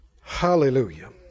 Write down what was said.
Hallelujah